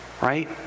Right